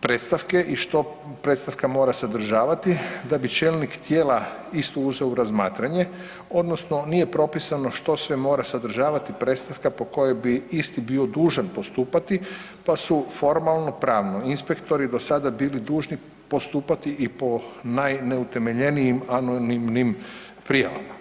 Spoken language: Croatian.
predstavke i što predstavka mora sadržavati da bi čelnik tijela istu uzeo u razmatranje odnosno nije propisano što sve mora sadržavati predstavka po kojoj bi isti bio dužan postupati pa su formalno pravno inspektori do sada bili dužni postupati i po najneutemeljenijim anonimnim prijavama.